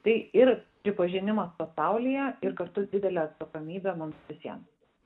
tai ir pripažinimas pasaulyje ir kartu didelė atsakomybė mums visiems